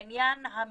בעניין הממונות,